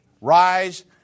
Rise